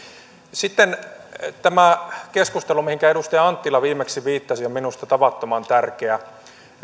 sitten tämä keskustelu mihinkä edustaja anttila viimeksi viittasi on minusta tavattoman tärkeä